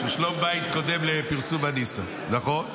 שלום בית קודם לפרסומי ניסא, נכון.